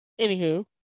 Anywho